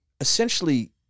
essentially